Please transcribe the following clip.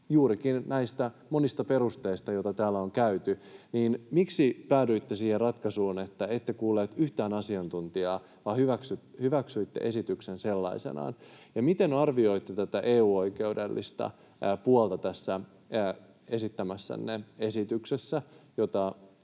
juurikin näistä monista perusteista, joita täällä on käyty. Miksi päädyitte siihen ratkaisuun, että ette kuulleet yhtään asiantuntijaa, vaan hyväksyitte esityksen sellaisenaan? Miten arvioitte tätä EU-oikeudellista puolta tässä esittämässänne esityksessä,